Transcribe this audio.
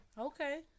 Okay